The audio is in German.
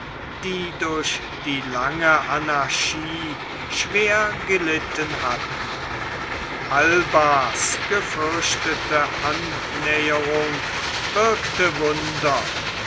die durch die lange anarchie schwer gelitten hatten albas gefürchtete annäherung wirkte wunder